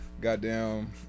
goddamn